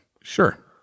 Sure